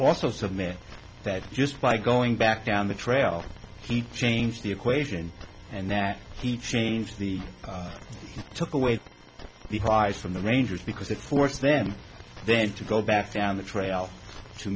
also submit that just by going back down the trail keep change the equation and that he changed the took away the prize from the rangers because it forced them then to go back down the trail to